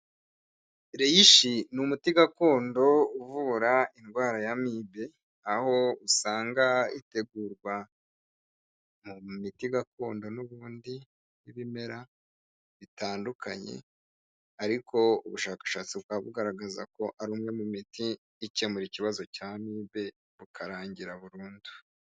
Reyishi ni umuti gakondo uvura indwara y'amibe, aho usanga itegurwa mu miti gakondo n'ubundi n'ibimera bitandukanye, ariko ubushakashatsi bukaba bugaragaza ko ari umwe mu miti ikemura ikibazo cy'amibe bukarangira burundu.